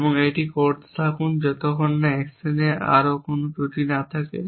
এবং এটি করতে থাকুন যতক্ষণ না অ্যাকশনে আর কোনও ত্রুটি না থাকে